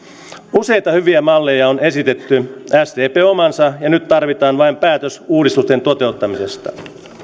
useita hyviä malleja on esitetty sdp omansa ja nyt tarvitaan vain päätös uudistuksen toteuttamisesta